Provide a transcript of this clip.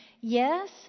yes